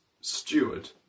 steward